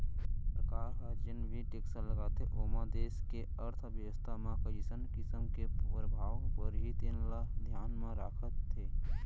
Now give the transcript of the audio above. सरकार ह जेन भी टेक्स लगाथे ओमा देस के अर्थबेवस्था म कइसन किसम के परभाव परही तेन ल धियान म राखथे